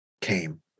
came